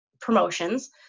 promotions